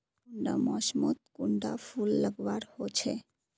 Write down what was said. कुंडा मोसमोत कुंडा फुल लगवार होछै?